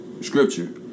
scripture